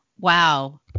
Wow